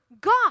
God